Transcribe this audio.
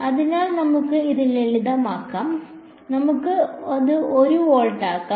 അതിനാൽ നമുക്ക് അത് ലളിതമാക്കാം നമുക്ക് അത് 1 വോൾട്ട് ആക്കാം